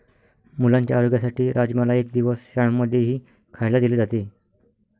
मुलांच्या आरोग्यासाठी राजमाला एक दिवस शाळां मध्येही खायला दिले जाते